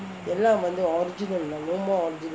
எல்லாம் வந்து:ellam vanthu original lah no more original